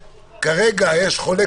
וכרגע יש חולה